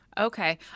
Okay